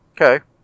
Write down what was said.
Okay